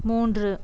மூன்று